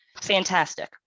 fantastic